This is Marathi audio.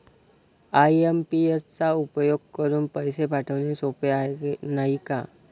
आइ.एम.पी.एस चा उपयोग करुन पैसे पाठवणे सोपे आहे, नाही का